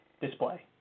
display